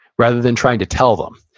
rather than trying to tell them.